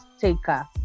taker